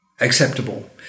acceptable